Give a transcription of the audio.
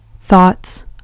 thoughts